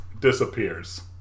disappears